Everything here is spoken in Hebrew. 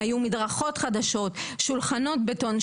היו מדרכות חדשות, שולחנות בטון.